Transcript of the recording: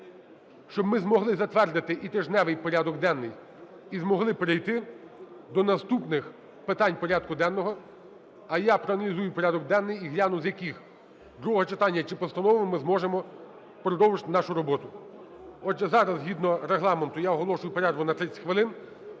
щоб ми змогли затвердити і тижневий порядок денний і змогли перейти до наступних питань порядку денного. А я проаналізую порядок денний і гляну, з яких, друге читання чи постанови, ми зможемо продовжити нашу роботу. Отже, зараз згідно Регламенту я оголошую перерву на 30 хвилин.